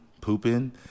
pooping